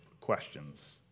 questions